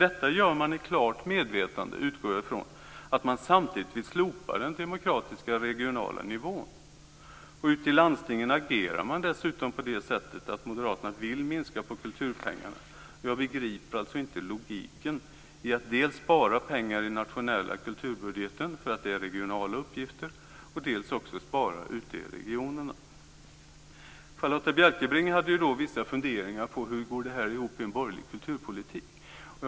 Detta gör man klart medveten om att man samtidigt vill slopa den demokratiska regionala nivån. I landstingen agerar man så att moderaterna vill minska på kulturpengarna. Jag begriper alltså inte logiken i att dels spara pengar i den nationella kulturbudgeten, för att det är regionala uppgifter, dels också spara ute i regionerna. Charlotta Bjälkebring hade ju vissa funderingar omkring hur detta går ihop i en borgerlig kulturpolitik.